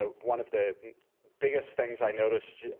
ah one of the biggest things i noticed